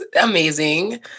amazing